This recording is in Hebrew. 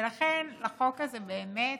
ולכן החוק הזה, באמת